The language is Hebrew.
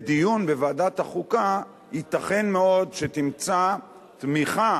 בדיון בוועדת החוקה ייתכן מאוד שתמצא תמיכה